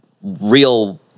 real